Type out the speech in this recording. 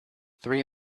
three